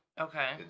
Okay